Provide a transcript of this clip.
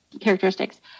characteristics